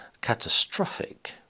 catastrophic